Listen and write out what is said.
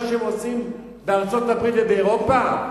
מה שהם עושים בארצות-הברית ובאירופה?